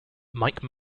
mike